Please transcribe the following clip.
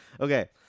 Okay